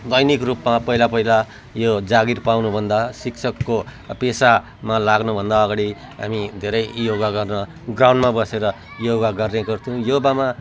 दैनिक रूपमा पहिला पहिला यो जागिर पाउनु भन्दा शिक्षकको पेसामा लाग्नु भन्दा अगाडि हामी धेरै योगा गर्न ग्राउन्डमा बसेर योगा गर्ने गर्थ्यौँ योगामा योगामा